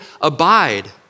abide